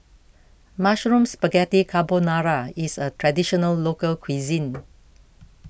Mushroom Spaghetti Carbonara is a Traditional Local Cuisine